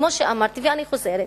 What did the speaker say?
כמו שאמרתי ואני חוזרת,